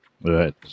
Right